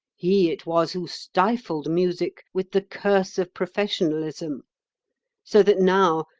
he it was who stifled music with the curse of professionalism so that now,